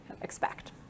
expect